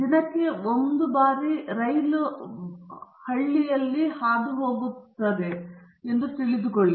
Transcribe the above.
ದಿನಕ್ಕೆ ಒಮ್ಮೆ ಮಾತ್ರ ರೈಲು ಹಳ್ಳಿಯಲ್ಲಿ ಹಾದುಹೋಗುವ ದೂರಸ್ಥ ಸ್ಥಳಕ್ಕೆ ಹೋಗುವಿರಿ ಎಂದು ನಾವು ಹೇಳೋಣ